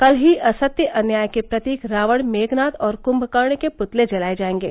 कल ही असत्य अन्याय के प्रतीक रावण मेघनाद और कृम्भकर्ण के पृतले जलाए जायेंगे